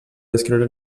descriure